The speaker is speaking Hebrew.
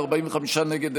45 נגד,